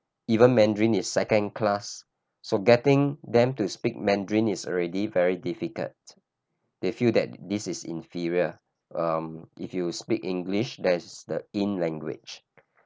even mandarin is second class so getting them to speak mandarin is already very difficult they feel that this is inferior um if you speak english that is the in language